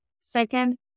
Second